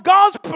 God's